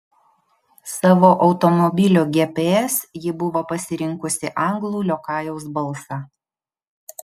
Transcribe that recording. savo automobilio gps ji buvo pasirinkusi anglų liokajaus balsą